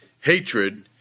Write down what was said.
hatred